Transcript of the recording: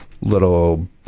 little